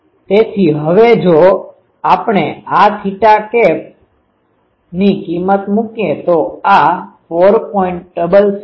તેથી જો હવે આપણે આ E ની કિમત મૂકીએ તો આ 4